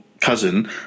cousin